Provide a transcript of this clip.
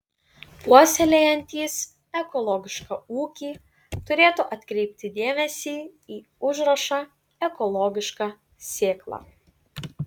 puoselėjantys ekologišką ūkį turėtų atkreipti dėmesį į užrašą ekologiška sėkla